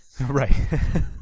Right